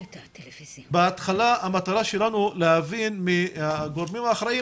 מטרתנו בתחילה להבין מהגורמים האחראים